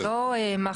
זה לא מאכרים.